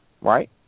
right